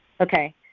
Okay